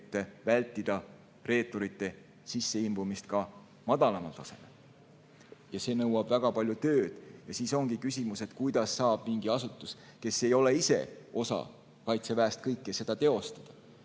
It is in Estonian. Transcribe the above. et vältida reeturite sisseimbumist ka madalamal tasemel. Ja see nõuab väga palju tööd. Siis ongi küsimus, kuidas saab mingi asutus, kes ei ole ise osa Kaitseväest, kõike seda teostada.